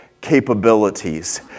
capabilities